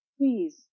please